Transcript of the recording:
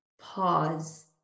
pause